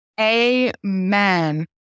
Amen